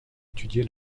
étudier